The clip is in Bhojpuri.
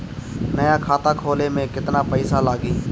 नया खाता खोले मे केतना पईसा लागि?